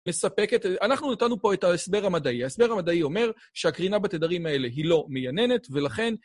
מספק את... אנחנו נתנו פה את ההסבר המדעי. ההסבר המדעי אומר שהקרינה בתדרים האלה היא לא מייננת ולכן...